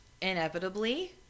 inevitably